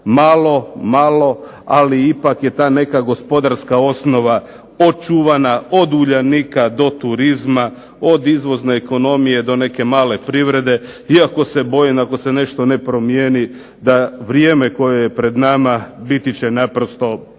gradilo. Malo, ali ipak je ta neka gospodarska osnova očuvana od Uljanika do turizma, od izvozne ekonomije do neke male privrede, iako se bojim ako se nešto ne promijeni da vrijeme koje je pred nama biti će naprosto